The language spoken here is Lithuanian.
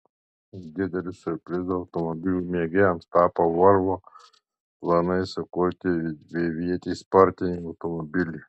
dideliu siurprizu automobilių mėgėjams tapo volvo planai sukurti dvivietį sportinį automobilį